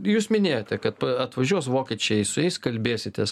jūs minėjote kad atvažiuos vokiečiai su jais kalbėsitės